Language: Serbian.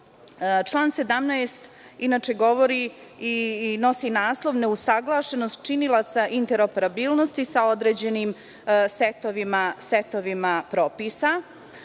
17. govori i nosi naslov „Neusaglašenost činilaca interoperabilnosti sa određenim setovima propisa“.